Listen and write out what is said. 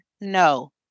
no